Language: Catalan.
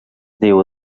diu